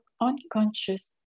unconscious